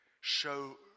show